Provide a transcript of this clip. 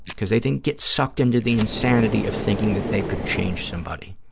because they didn't get sucked in to the insanity of thinking that they could change somebody.